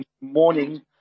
morning